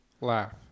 Laugh